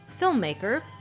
Filmmaker